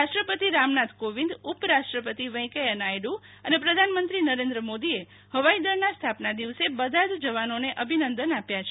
રાષ્ટ્રપતિ રામનાથ કોવિંદઉપરાષ્ટ્રપતિ વૈકૈયા નાયડુ અને પ્રધાનમત્રી નરેન્દ્ર મોદીએ હવાઈ દળના સ્થાપના દિવસે બધા જ જવાનોને અભિનંદન આપ્યા છે